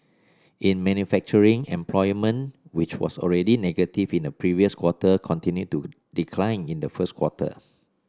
in manufacturing employment which was already negative in the previous quarter continued to decline in the first quarter